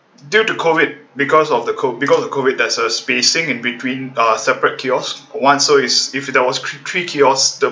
due to COVID because of the CO~ because of COVID there's a spacing in between uh separate kiosk once so is there was three kiosks the